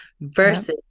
versus